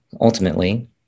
Ultimately